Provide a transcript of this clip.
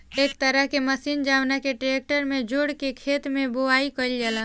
एक तरह के मशीन जवना के ट्रेक्टर में जोड़ के खेत के बोआई कईल जाला